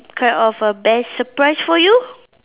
kind of a best surprise for you